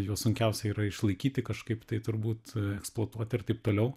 juos sunkiausia yra išlaikyti kažkaip tai turbūt eksploatuoti ir taip toliau